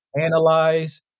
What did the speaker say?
analyze